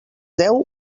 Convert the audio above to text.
deu